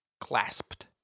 clasped